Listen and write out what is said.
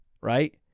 right